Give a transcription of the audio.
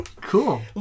Cool